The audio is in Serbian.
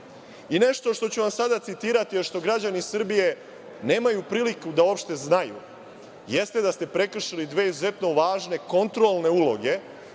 nešto što ću vam sada citirati, a što građani Srbije nemaju prilike da uopšte znaju, jeste da ste prekršili dve izuzetno važne kontrolne uloge,